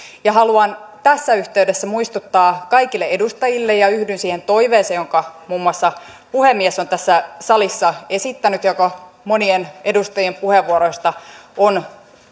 haluan tässä yhteydessä muistuttaa kaikille edustajille ja yhdyn siihen toiveeseen jonka muun muassa puhemies on tässä salissa esittänyt ja joka monien edustajien puheenvuoroista on